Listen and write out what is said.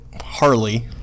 Harley